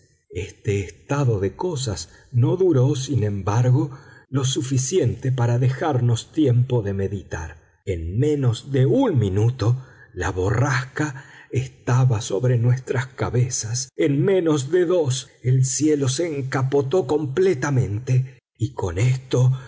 este estado de cosas no duró sin embargo lo suficiente para dejarnos tiempo de meditar en menos de un minuto la borrasca estaba sobre nuestras cabezas en menos de dos el cielo se encapotó completamente y con esto